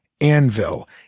anvil